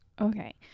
Okay